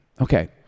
Okay